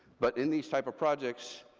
but in these type of projects,